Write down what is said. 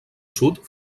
sud